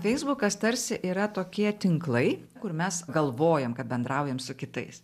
feisbukas tarsi yra tokie tinklai kur mes galvojam kad bendraujam su kitais